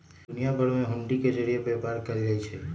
दुनिया भर में हुंडी के जरिये व्यापार कएल जाई छई